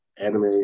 Anime